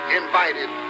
invited